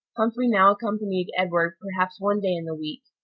humphrey now accompanied edward perhaps one day in the week,